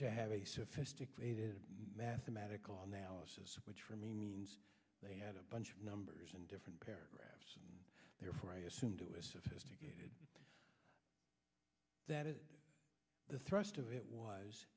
to have a sophisticated mathematical analysis which for me means they had a bunch of numbers in different paragraphs and therefore i assume to a sophisticated that it the thrust of it was